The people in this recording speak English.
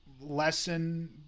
lesson